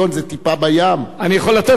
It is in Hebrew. אדוני היושב-ראש,